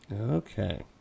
Okay